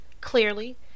clearly